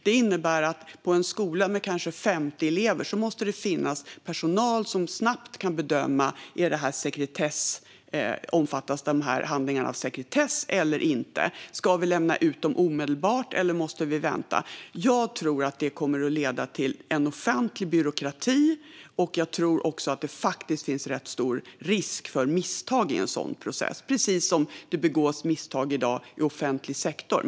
Detta innebär att det på en skola med kanske 50 elever måste finnas personal som snabbt kan bedöma om handlingarna omfattas av sekretess eller inte. Ska man lämna ut dem omedelbart, eller måste man vänta? Jag tror att detta skulle leda till en ofantlig byråkrati. Jag tror också att det faktiskt finns rätt stor risk för misstag i en sådan process, precis som det i dag begås misstag i offentlig sektor.